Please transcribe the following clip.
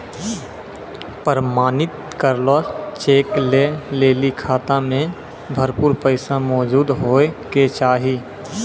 प्रमाणित करलो चेक लै लेली खाता मे भरपूर पैसा मौजूद होय के चाहि